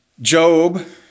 Job